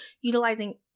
utilizing